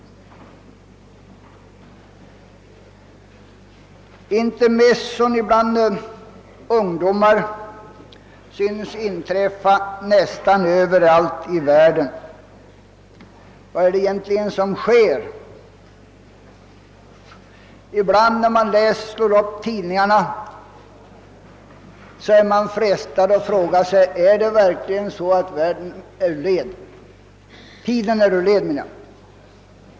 Nästan överallt i världen förekommer intermezzon bland ungdomar. Vad är det egentligen som sker? När man läser tidningarna är man ibland frestad att fråga: Är tiden helt ur led?